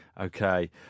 Okay